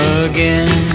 again